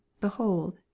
behold